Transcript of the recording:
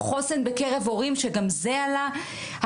חוסן בקרב הורים שגם זה עלה,